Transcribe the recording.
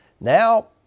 Now